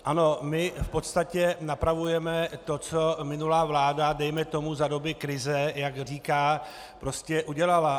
Ano, my v podstatě napravujeme to, co minulá vláda, dejme tomu za doby krize, jak říká, udělala.